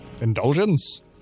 Indulgence